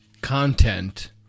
content